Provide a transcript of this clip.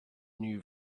new